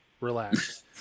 relax